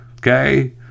okay